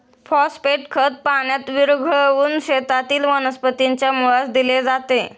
phosphate खत पाण्यात विरघळवून शेतातील वनस्पतीच्या मुळास दिले जाते